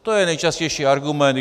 To je nejčastější argument.